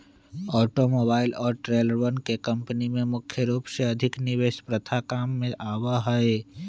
automobile और ट्रेलरवन के कम्पनी में मुख्य रूप से अधिक निवेश प्रथा काम में आवा हई